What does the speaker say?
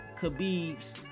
khabib's